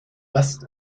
west